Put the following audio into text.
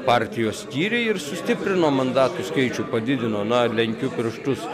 partijos skyriai ir sustiprino mandatų skaičių padidino na lenkiu pirštus